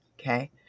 Okay